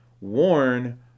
worn